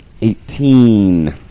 Eighteen